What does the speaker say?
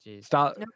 Stop